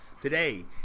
today